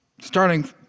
starting